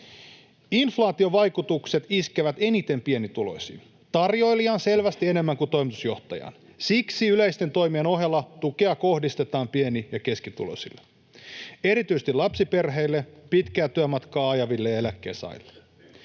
Inflaation vaikutukset iskevät eniten pienituloisiin, tarjoilijaan selvästi enemmän kuin toimitusjohtajaan. Siksi yleisten toimien ohella tukea kohdistetaan pieni- ja keskituloisille, erityisesti lapsiperheille, pitkää työmatkaa ajaville ja eläkkeensaajille.